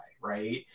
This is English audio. Right